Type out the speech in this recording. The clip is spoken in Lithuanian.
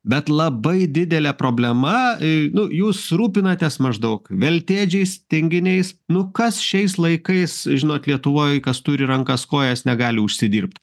bet labai didelė problema jūs rūpinatės maždaug veltėdžiais tinginiais nu kas šiais laikais žinot lietuvoj kas turi rankas kojas negali užsidirbt